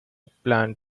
plan